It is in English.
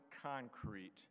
concrete